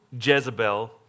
Jezebel